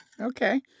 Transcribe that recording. Okay